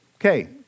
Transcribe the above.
Okay